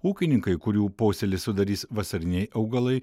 ūkininkai kurių posėlį sudarys vasariniai augalai